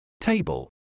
table